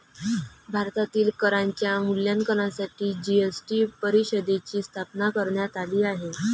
भारतातील करांच्या मूल्यांकनासाठी जी.एस.टी परिषदेची स्थापना करण्यात आली आहे